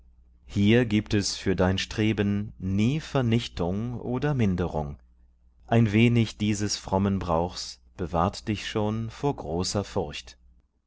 hier gibt es für dein streben nie vernichtung oder minderung ein wenig dieses frommen brauchs bewahrt dich schon vor großer furcht